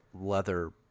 leather